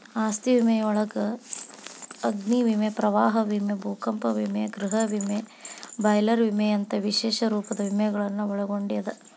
ಆಸ್ತಿ ವಿಮೆಯೊಳಗ ಅಗ್ನಿ ವಿಮೆ ಪ್ರವಾಹ ವಿಮೆ ಭೂಕಂಪ ವಿಮೆ ಗೃಹ ವಿಮೆ ಬಾಯ್ಲರ್ ವಿಮೆಯಂತ ವಿಶೇಷ ರೂಪದ ವಿಮೆಗಳನ್ನ ಒಳಗೊಂಡದ